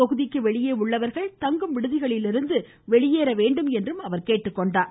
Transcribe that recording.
தொகுதிக்கு வெளியே உள்ளவர்கள் தங்கும் விடுதிகளிலிருந்து வெளியேற வேண்டும் என்றும் கேட்டுக்கொண்டார்